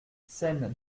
scène